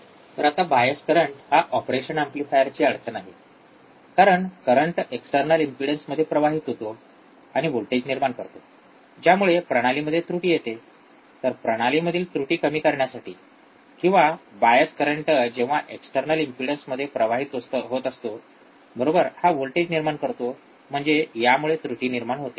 तर आता bias current हा ऑपरेशन एम्प्लिफायरची अडचण आहे कारण करंट एक्स्टर्नल इम्पेडन्समध्ये प्रवाहित होतो आणि वोल्टेज निर्माण करतो ज्यामुळे प्रणालीमध्ये त्रुटी येते तर प्रणालीमधील त्रुटी कमी करण्यासाठी किंवा बायस करंट जेव्हा एक्स्टर्नल इम्पेडन्समध्ये प्रवाहीत होत असतो बरोबर हा वोल्टेज निर्माण करतो म्हणजे यामुळे त्रुटी निर्माण होते